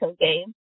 game